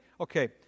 okay